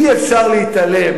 אי-אפשר להתעלם